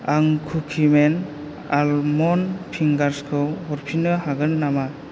आं कुकिमेन आलमन्ड फिंगार्सखौ हरफिन्नो हागोन नामा